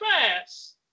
fast